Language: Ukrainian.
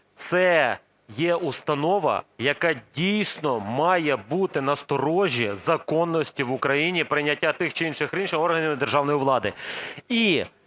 це є установа, яка дійсно має бути на сторожі законності в Україні прийняття тих чи інших рішень органами державної влади.